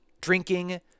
drinking